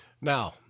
Now